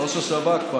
ראש השב"כ אמר את זה.